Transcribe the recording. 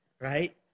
Right